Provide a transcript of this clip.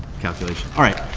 calculation. all right,